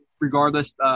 regardless –